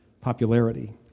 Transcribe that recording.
popularity